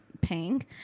paying